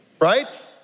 right